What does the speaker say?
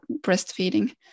breastfeeding